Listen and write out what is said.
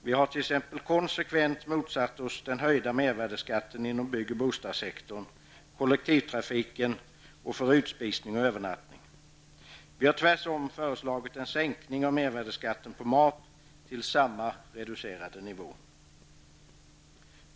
Vi har t ex konsekvent motsatt oss den höjda mervärdeskatten inom byggoch bostadssektorn, på kollektivtrafiken och på utspisning och övernattning. Vi har tvärtom föreslagit en sänkning av mervärdeskatten på mat till samma reducerade nivå.